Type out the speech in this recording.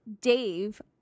Dave